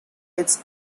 its